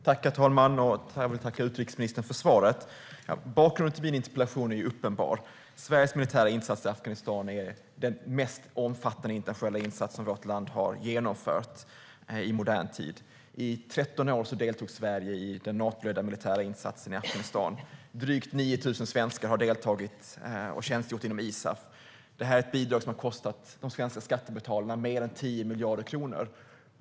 Herr talman! Jag vill tacka utrikesministern för svaret. Bakgrunden till min interpellation är uppenbar. Sveriges militära insats i Afghanistan är den mest omfattande internationella insats som vårt land har genomfört i modern tid. Sverige deltog i 13 år i den Natoledda militära insatsen i Afghanistan. Drygt 9 000 svenskar har deltagit och tjänstgjort inom ISAF. Det här är ett bidrag som har kostat de svenska skattebetalarna mer än 10 miljarder kronor.